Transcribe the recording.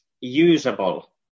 usable